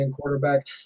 quarterback